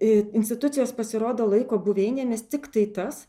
ir institucijos pasirodo laiko buveinėmis tiktai tas